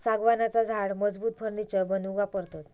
सागवानाचा झाड मजबूत फर्नीचर बनवूक वापरतत